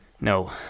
No